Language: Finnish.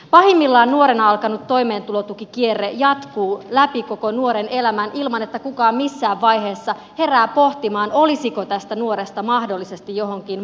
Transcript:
pahimmillaan nuorena alkanut toimeentulotukikierre jatkuu läpi koko nuoren elämän ilman että kukaan missään vaiheessa herää pohtimaan olisiko tästä nuoresta mahdollisesti johonkin muuhunkin